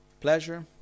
Pleasure